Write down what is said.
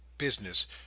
business